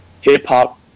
hip-hop